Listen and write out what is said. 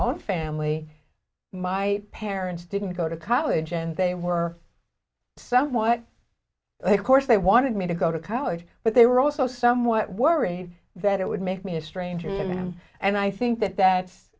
own family my parents didn't go to college and they were somewhat of course they wanted me to go to college but they were also somewhat worried that it would make me a stranger than them and i think that